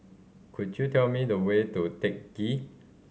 could you tell me the way to Teck Ghee